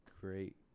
great